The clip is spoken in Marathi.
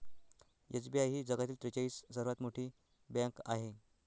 एस.बी.आय ही जगातील त्रेचाळीस सर्वात मोठी बँक आहे